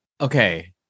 okay